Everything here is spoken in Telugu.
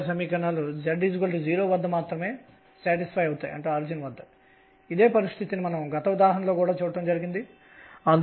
మరియు ఇది Lz తప్ప మరొకటి కాదుz